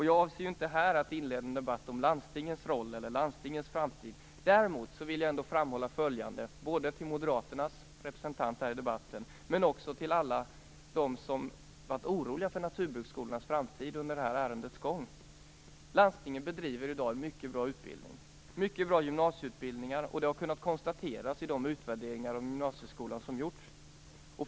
Jag avser inte att här inleda en debatt om landstingens roll eller landstingens framtid. Däremot vill jag ändå framhålla följande, både till Moderaternas representant i debatten och till alla dem som varit oroliga för naturbruksskolornas framtid under det här ärendets gång: Landstingen bedriver i dag en mycket bra utbildning. De bedriver mycket bra gymnasieutbildningar. Det har kunnat konstateras i de utvärderingar av gymnasieskolan som har gjorts.